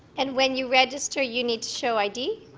and when you register you need to show i d.